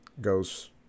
goes